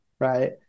right